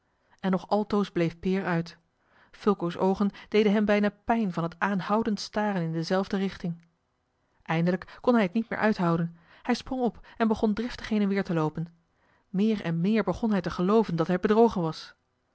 en nog altoos bleef peer uit fulco's oogen deden hem bijna pijn van het aanhoudend staren in dezelfde richting eindelijk kon hij het niet meer uithouden hij sprong op en begon driftig heen en weer te loopen meer en meer begon hij te gelooven dat hij bedrogen was